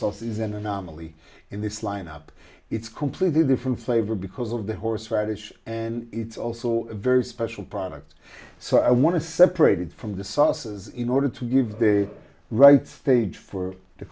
sauce is an anomaly in this lineup it's completely different flavor because of the horseradish and it's also a very special product so i want to separate it from the sauces in order to give the right stage for the